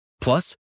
Plus